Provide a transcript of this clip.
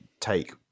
Take